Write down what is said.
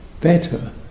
better